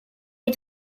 est